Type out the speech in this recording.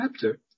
chapter